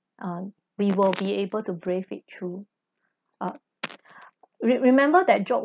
uh we will be able to brave it through uh re~remember that joke